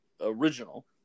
original